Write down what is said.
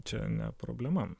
čia ne problema